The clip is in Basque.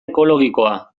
ekologikoa